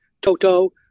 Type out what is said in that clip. Toto